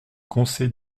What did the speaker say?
conseil